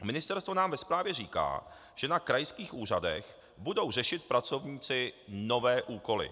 Ministerstvo nám ve zprávě říká, že na krajských úřadech budou řešit pracovníci nové úkoly.